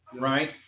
right